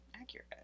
Accurate